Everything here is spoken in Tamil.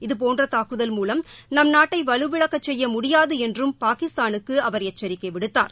இதபோன்ற தாக்குதல் மூலம் நம் நாட்டை வலுவிழக்கச் செய்ய முடியாது என்றும் பாகிஸ்தானுக்கு அவர் எச்சரிக்கை விடுத்தார்